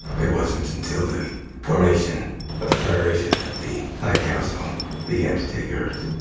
it wasn't until the formation of the federation, that the high council began to take earth,